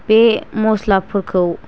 बे मस्लाफोरखौ